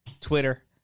Twitter